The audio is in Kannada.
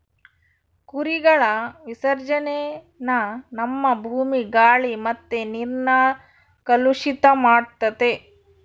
ಕುರಿಗಳ ವಿಸರ್ಜನೇನ ನಮ್ಮ ಭೂಮಿ, ಗಾಳಿ ಮತ್ತೆ ನೀರ್ನ ಕಲುಷಿತ ಮಾಡ್ತತೆ